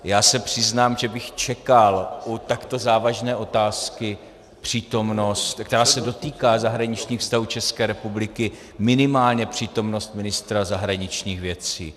A já se přiznám, že bych čekal u takto závažné otázky, která se dotýká zahraničních vztahů České republiky, minimálně přítomnost ministra zahraničních věcí.